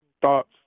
thoughts